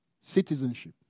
citizenship